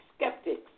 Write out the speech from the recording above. skeptics